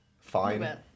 fine